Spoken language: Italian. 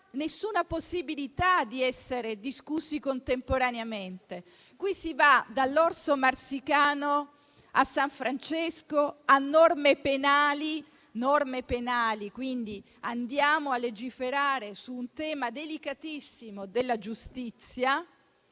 nessuna possibilità di essere discussi contemporaneamente. Qui si va dall'orso marsicano a san Francesco e a norme penali, quindi andiamo a legiferare su un tema delicatissimo relativo alla giustizia